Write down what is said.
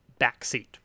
Backseat